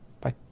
Bye